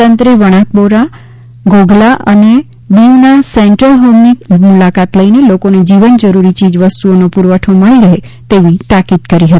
તંત્રે વણાકબારા ઘોઘલા અને દીવના સેન્ટ્રલ હોમની મુલાકાત લઈને લોકોને જીવન જરૂરી ચીજવસ્તુઓનો પુરવઠો મળી રહે તેવી તાકીદ કરી હતી